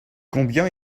combien